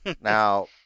Now